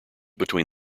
between